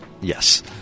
yes